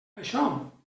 això